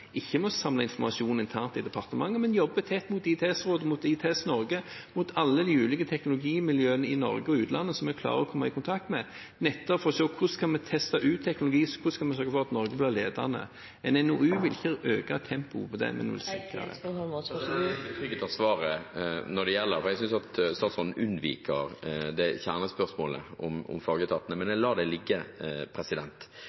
ikke med å samle informasjon internt i departementet, men jobber tett med ITS Rådet, med ITS Norge, med alle de ulike teknologimiljøene i Norge og utlandet som vi klarer å komme i kontakt med, nettopp for å se hvordan vi kan teste ut teknologi, hvordan vi kan sørge for at Norge blir ledende. En NOU vil ikke øke tempoet på det. Jeg er ikke betrygget av svaret, for jeg synes statsråden unnviker kjernespørsmålet om fagetatene, men